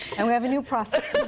and we have a new process.